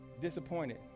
disappointed